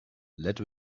let